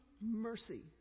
mercy